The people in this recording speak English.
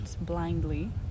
blindly